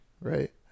Right